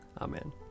Amen